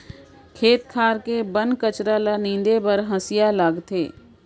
खेत खार के बन कचरा ल नींदे बर हँसिया लागथे